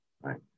Right